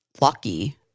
lucky